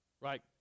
right